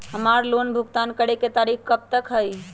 हमार लोन भुगतान करे के तारीख कब तक के हई?